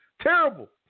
terrible